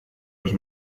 los